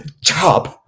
job